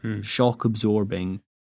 shock-absorbing